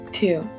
two